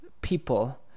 people